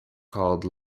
called